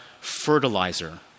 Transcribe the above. fertilizer